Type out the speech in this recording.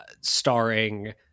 starring